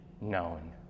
known